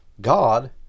God